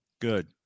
Good